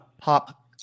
Pop